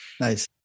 Nice